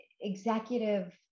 executive